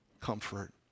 comfort